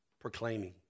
Proclaiming